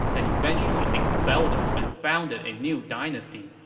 and eventually expelled them and founded a new dynasty,